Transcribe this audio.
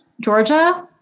Georgia